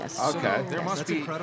Okay